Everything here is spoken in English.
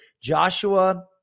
Joshua